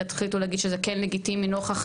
תחליטו להגיד שזה כן לגיטימי לנוכח,